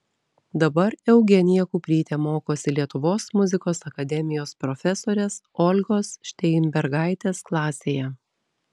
dabar eugenija kuprytė mokosi lietuvos muzikos akademijos profesorės olgos šteinbergaitės klasėje